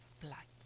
black